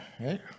Right